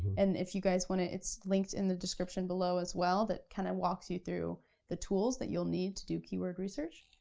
and if you guys want it, it's linked in the description below as well that kinda walks you through the tools that you'll need to do key work research.